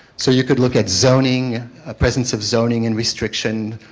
so you could look at zoning a presence of zoning and restriction,